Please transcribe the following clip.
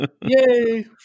yay